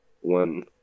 one